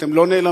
אתם לא נעלמים,